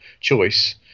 choice